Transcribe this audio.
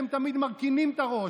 אתם תמיד מרכינים את הראש.